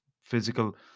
physical